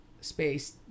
space